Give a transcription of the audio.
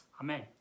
Amen